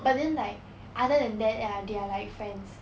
but then like other than that ya they are like friends